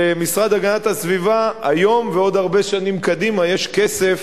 למשרד להגנת הסביבה היום ועוד הרבה שנים קדימה יש כסף